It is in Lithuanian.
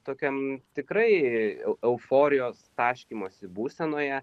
tokiam tikrai euforijos taškymosi būsenoje